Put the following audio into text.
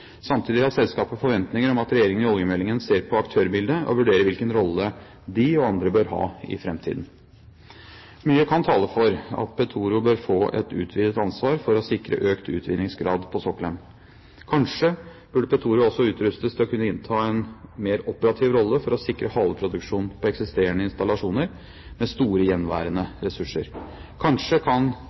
Samtidig har selskapet forventninger om at regjeringen i oljemeldingen ser på aktørbildet og vurderer hvilken rolle de og andre bør ha i framtiden. Mye kan tale for at Petoro bør få et utvidet ansvar for å sikre økt utvinningsgrad på sokkelen. Kanskje bør Petoro også utrustes til å kunne innta en mer operativ rolle for å sikre haleproduksjon på eksisterende installasjoner med store gjenværende ressurser. Kanskje kan